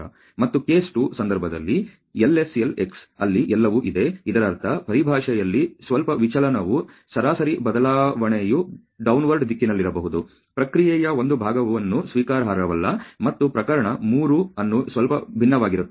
ಮತ್ತು ಕೇಸ್ 2 ಸಂದರ್ಭದಲ್ಲಿ LSLx ಅಲ್ಲಿ ಎಲ್ಲವೂ ಇದೆ ಇದರರ್ಥ ಪರಿಭಾಷೆಯಲ್ಲಿ ಸ್ವಲ್ಪ ವಿಚಲನವು ಸರಾಸರಿ ಬದಲಾವಣೆಯು ಡೌನ್ವರ್ಡ್ ದಿಕ್ಕಿನಲ್ಲಿರಬಹುದು ಪ್ರಕ್ರಿಯೆಯ ಒಂದು ಭಾಗವನ್ನು ಸ್ವೀಕಾರಾರ್ಹವಲ್ಲ ಮತ್ತು ಪ್ರಕರಣ 3 ಇನ್ನೂ ಸ್ವಲ್ಪ ಭಿನ್ನವಾಗಿರುತ್ತದೆ